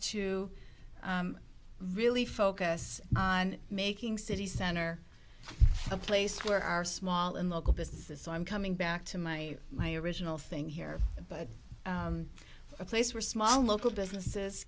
to really focus on making city center the place where our small and local business is so i'm coming back to my my original thing here but a place where small local businesses